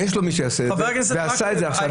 ויש לו מי שיעשה את זה --- חה"כ מקלב --- ועשה את זה עכשיו,